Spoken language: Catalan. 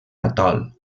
atol